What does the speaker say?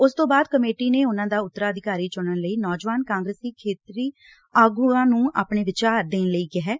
ਉਸਤੋਂ ਬਾਅਦ ਕਮੇਟੀ ਨੇ ਉਨ੍ਹਾਂ ਦਾ ਉਂਤਰਾਧਿਕਾਰੀ ਚੁਣਨ ਲਈ ਨੌਜਵਾਨ ਕਾਂਗਰਸੀ ਖੇਤਰੀ ਆਗੂਆਂ ਨੂੰ ਆਪਣੇ ਵਿਚਾਰ ਦੇਣ ਲਈ ਕਿਹੈ